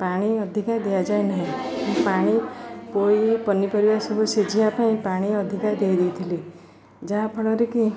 ପାଣି ଅଧିକା ଦିଆଯାଏ ନାହିଁ ମୁଁ ପାଣି ପୋଇ ପନିପରିବା ସବୁ ସିଝିବା ପାଇଁ ପାଣି ଅଧିକା ଦେଇ ଦେଇଥିଲି ଯାହାଫଳରେ କି